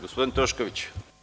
Gospodin Tošković.